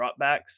dropbacks